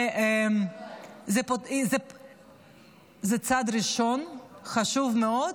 זה צעד ראשון חשוב מאוד.